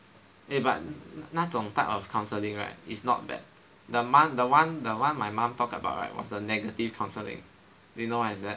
eh but 那种 type of counselling right is not bad the on~ the one the one my mom talk about right was the negative counselling do you know what is that